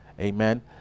Amen